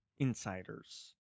insiders